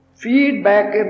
feedback